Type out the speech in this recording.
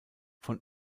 von